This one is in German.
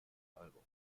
album